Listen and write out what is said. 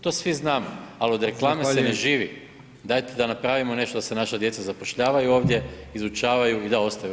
To svi znamo, ali od reklame [[Upadica: Zahvaljujem.]] se ne živi, dajte da napravimo nešto da se naša djeca zapošljavaju ovdje, izučavaju i da ostaju u RH.